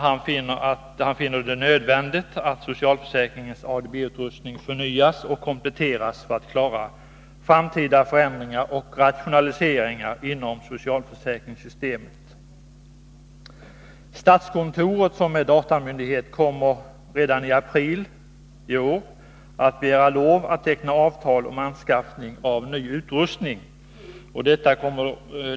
Han finner det nödvändigt att socialförsäkringens ADB-utrustning förnyas och kompletteras för att klara framtida förändringar och rationaliseringar inom socialförsäkringssystemet. Statskontoret, som är datamyndighet, kommer redan i april i år att begära lov att teckna avtal om anskaffning av ny utrustning.